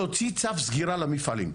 להוציא צו סגירה למפעלים.